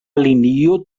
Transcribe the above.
linio